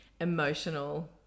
emotional